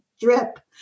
drip